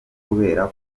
kubera